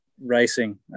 racing